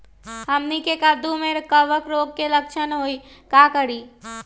हमनी के कददु में कवक रोग के लक्षण हई का करी?